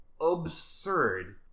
absurd